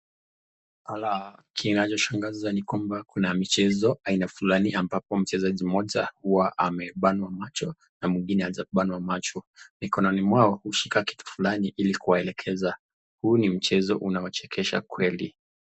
Alaa, Kinacho shangaza ni kwamba Kuna mchezo Fulani ambapo mchezaji Mmoja amepanwa macho na mwingine hajapanwa macho, mikononi mwao hushika kitu Fulani Ili kuwaelekeza huu ni mchezo hunaochekesha kweli.